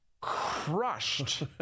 crushed